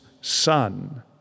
son